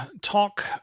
talk